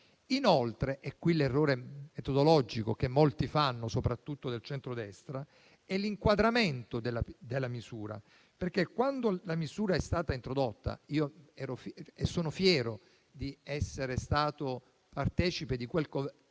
Inoltre, l'errore metodologico che molti fanno, soprattutto del centrodestra, è l'inquadramento della misura. Infatti quando la misura è stata introdotta - io ero e sono fiero di essere stato partecipe di quel Governo